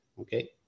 Okay